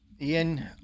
Ian